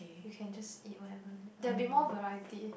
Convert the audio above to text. you can just eat whatever there will be more variety